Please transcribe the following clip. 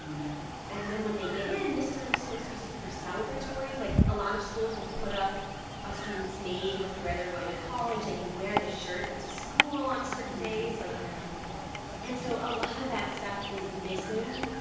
yep and then when they get in, this time is supposed to be super celebratory. like, a lot of schools will put up a student's name with where they're going to college. they can wear the shirt to school on certain days. like. yeah and so a lot of that stuff is missing.